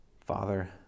Father